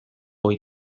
ohi